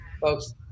Folks